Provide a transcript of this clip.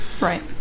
Right